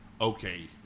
okay